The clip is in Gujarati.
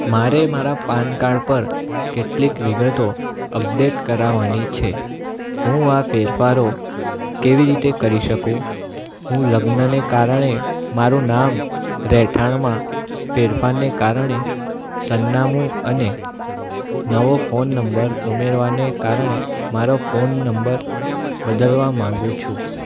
મારે મારા પાન કાર્ડ પર કેટલીક વિગતો અપડેટ કરાવવાની છે હું આ ફેરફારો કેવી રીતે કરી શકું હું લગ્નને કારણે મારું નામ રહેઠાણમાં ફેરફારને કારણે સરનામું અને નવો ફોન નંબર ઉમેરવાને કારણે મારો ફોન નંબર બદલવા માંગુ છું